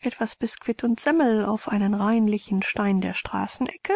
etwas bisquit und semmel auf einen reinlichen stein der straßenecke